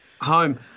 home